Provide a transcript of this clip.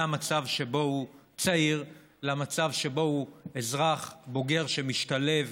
מהמצב שבו הוא צעיר למצב שבו הוא אזרח בוגר שמשתלב